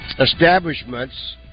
establishments